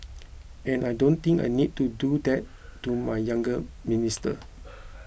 and I don't think I need to do that to my younger minister